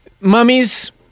mummies